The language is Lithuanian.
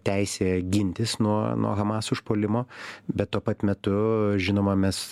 teisę gintis nuo nuo hamas užpuolimo bet tuo pat metu žinoma mes